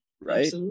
right